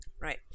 Right